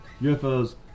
UFOs